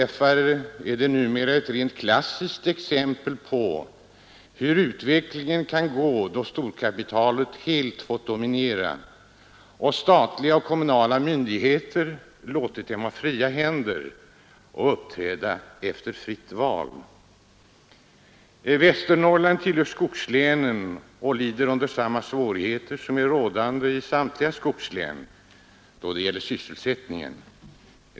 Ådalen är numera ett rent klassiskt exempel på hur utvecklingen kan gå då storkapitalet helt får dominera och då såväl statliga som kommunala myndigheter låter företagen ha fria händer att uppträda efter eget val. Västernorrland tillhör skogslänen och lider under samma svårigheter som är rådande i samtliga skogslän då det gäller sysselsättningen.